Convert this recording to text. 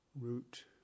root